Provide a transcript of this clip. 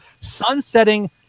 sunsetting